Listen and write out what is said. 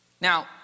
Now